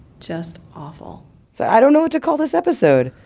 just awful so i don't know what to call this episode!